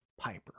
piper